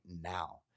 now